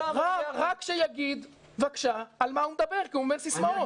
רק שיגיד בבקשה על מה הוא מדבר כי הוא אומר סיסמאות.